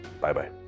Bye-bye